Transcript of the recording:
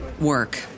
work